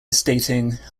stating